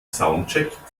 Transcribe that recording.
soundcheck